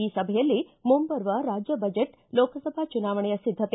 ಈ ಸಭೆಯಲ್ಲಿ ಮುಂಬರುವ ರಾಜ್ಯ ಬಜೆಟ್ ಮುಂಬರುವ ಲೋಕಸಭಾ ಚುನಾವಣೆಯ ಸಿದ್ದತೆ